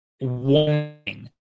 warning